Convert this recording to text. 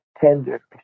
tender